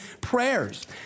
prayers